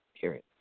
period